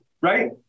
right